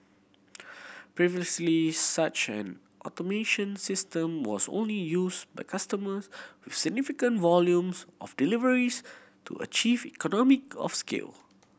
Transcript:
previously such an automation system was only used by customer with significant volumes of deliveries to achieve economic of scale